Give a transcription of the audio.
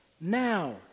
Now